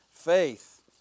Faith